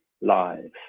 lives